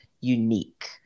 unique